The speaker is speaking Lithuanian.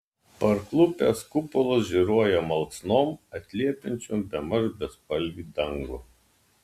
parklupęs kupolas žėruoja malksnom atliepiančiom bemaž bespalvį dangų